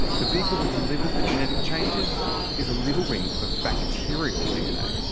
the vehicle that delivers the genetic changes is a little ring of bacterial dna.